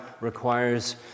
requires